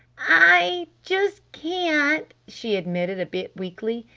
i just can't, she admitted a bit weakly.